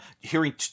hearing